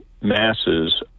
masses